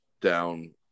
down